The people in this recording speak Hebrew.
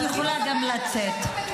את יכולה גם לצאת.